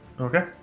Okay